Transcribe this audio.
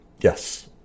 Yes